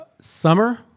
Summer